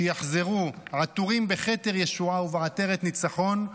שיחזרו עטורים בכתר ישועה ובעטרת ניצחון,